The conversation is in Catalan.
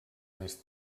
més